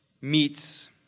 meets